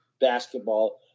basketball